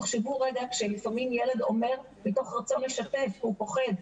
תחשבו רגע כשלפעמים ילד אומר מתוך רצון לשתף כי הוא פוחד,